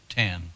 ten